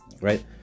right